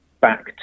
back